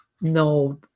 no